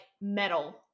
metal